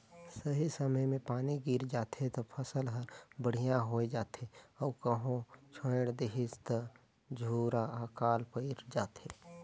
सही समय मे पानी गिर जाथे त फसल हर बड़िहा होये जाथे अउ कहो छोएड़ देहिस त झूरा आकाल पइर जाथे